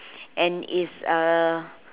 and is a